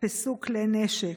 3. באילו מהם נתפסו כלי נשק?